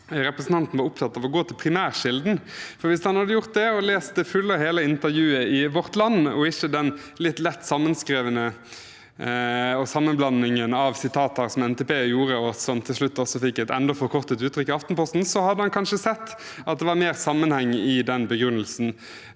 representanten var opptatt av å gå til primærkilden, for hvis han hadde gjort det og lest det fulle og hele intervjuet i Vårt Land – og ikke den litt lett sammenskrevne sammenblandingen av sitater som NTB gjorde, og som til slutt fikk et enda mer forkortet uttrykk i Aftenposten – hadde han kanskje sett at det var mer sammenheng i den begrunnelsen